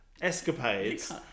escapades